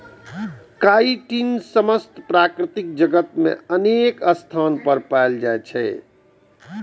chitin समस्त प्रकृति जगत मे अनेक स्थान पर पाएल जाइ छै